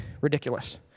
ridiculous